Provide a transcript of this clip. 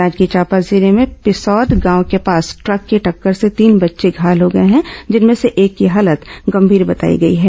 जांजगीर चांपा जिले में पिसौद गांव के पास द्रक की टक्कर से तीन बच्चे घायल हो गए हैं जिनमें से एक की हालत गंभीर बताई गई है